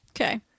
Okay